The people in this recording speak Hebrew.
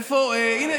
הינה,